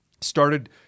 started